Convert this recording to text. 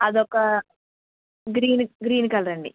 అదొక green green colour అండీ